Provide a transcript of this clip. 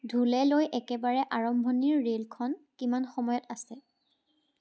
ঢুলেলৈ একেবাৰে আৰম্ভণিৰ ৰে'লখন কিমান সময়ত আছে